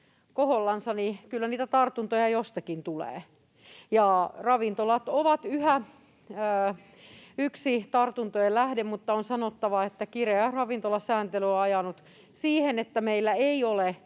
kohollansa, niin kyllä niitä tartuntoja jostakin tulee. Ravintolat ovat yhä yksi tartuntojen lähde, mutta on sanottava, että kireä ravintolasääntely on ajanut siihen, että meillä ei ole